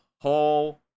whole